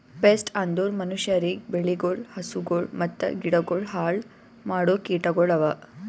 pest ಅಂದುರ್ ಮನುಷ್ಯರಿಗ್, ಬೆಳಿಗೊಳ್, ಹಸುಗೊಳ್ ಮತ್ತ ಗಿಡಗೊಳ್ ಹಾಳ್ ಮಾಡೋ ಕೀಟಗೊಳ್ ಅವಾ